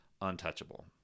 untouchable